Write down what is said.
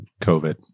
COVID